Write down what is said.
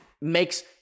Makes